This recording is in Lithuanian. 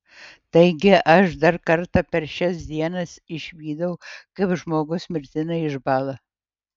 taigi aš dar kartą per šias dienas išvydau kaip žmogus mirtinai išbąla